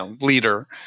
leader